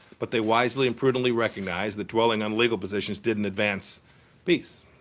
but they wisely and prudently recognized that dwelling on legal positions didn't advance peace.